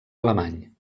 alemany